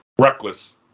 reckless